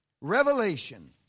Revelation